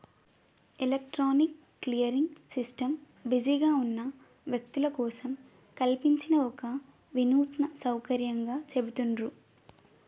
electronic clearing system బిజీగా ఉన్న వ్యక్తుల కోసం కల్పించిన ఒక వినూత్న సౌకర్యంగా చెబుతాండ్రు